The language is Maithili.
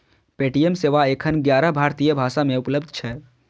पे.टी.एम सेवा एखन ग्यारह भारतीय भाषा मे उपलब्ध छै